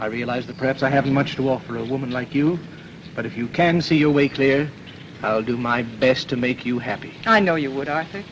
i realize that perhaps i haven't much to offer a woman like you but if you can see your way clear i'll do my best to make you happy i know you would i